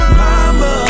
mama